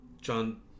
John